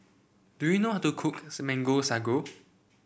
do you know how to cooks Mango Sago